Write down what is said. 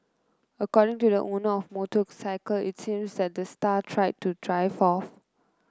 according to the owner of the motorcycle it seemed that the star tried to drive off